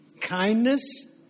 kindness